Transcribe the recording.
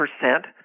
percent